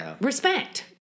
respect